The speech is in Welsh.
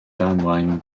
damwain